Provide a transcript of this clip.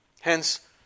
Hence